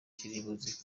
kirimbuzi